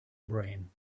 brain